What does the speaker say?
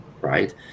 right